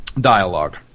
dialogue